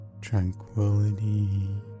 tranquility